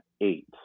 eight